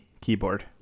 keyboard